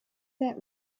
that